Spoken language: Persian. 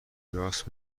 راست